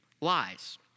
Lies